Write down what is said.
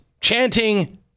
chanting